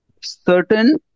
certain